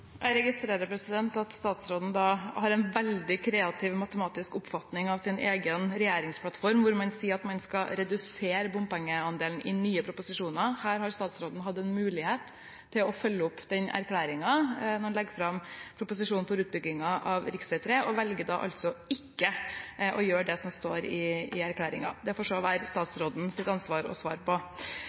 Jeg registrerer at statsråden har en veldig kreativ matematisk oppfatning av sin egen regjeringsplattform, hvor man sier at man skal redusere bompengeandelen i nye prosjekter. Her har statsråden hatt en mulighet til å følge opp den erklæringen med å legge fram proposisjonen om utbyggingen av rv. 3 og velger ikke å gjøre det som står i erklæringen. Det får det være statsrådens ansvar å svare på.